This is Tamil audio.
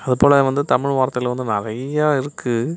அது போல வந்து தமிழ் வார்த்தைகள் வந்து நிறைய இருக்குது